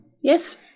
Yes